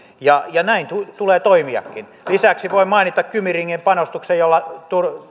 ja ja näin tulee toimiakin lisäksi voin mainita kymi ringin panostuksen jolla